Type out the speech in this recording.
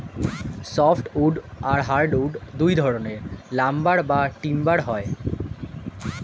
soft wood আর hardwood দুই ধরনের লাম্বার বা টিম্বার হয়